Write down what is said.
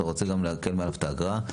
אתה רוצה גם להקל עליו את האגרה.